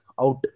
out